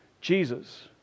Jesus